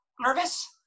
nervous